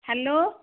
hello